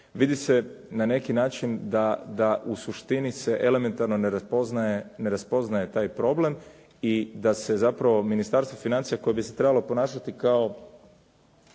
vidi se na neki način da u suštini se elementarno ne raspoznaje taj problem i da se zapravo Ministarstvo financija koje bi se trebalo ponašati kao